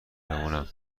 مهربونم